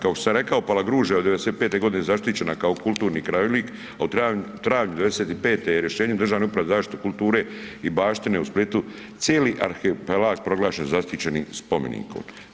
Kako sam rekao Palagruža je od 95. godine zaštićena kao kulturni krajolik, a u travnju 95. je rješenjem od Državne uprave za zaštitu kulture i baštine u Splitu cijeli arhipelag proglašen zaštićenim spomenikom.